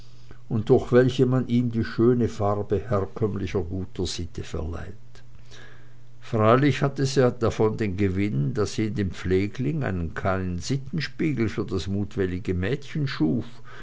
und durch welche man ihm die schöne farbe herkömmlicher guter sitte verleiht freilich hatte sie davon den gewinn daß sie in dem pflegling einen kleinen sittenspiegel für das mutwillige mädchen schuf